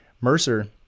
Mercer